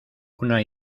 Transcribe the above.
una